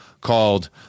called